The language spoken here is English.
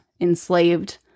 enslaved